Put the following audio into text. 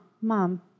mom